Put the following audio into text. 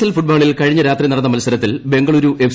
L ഫുട്ബോളിൽ കഴിഞ്ഞ രാത്രി നടന്ന മത്സരത്തിൽ ബംഗളുരു എഫ്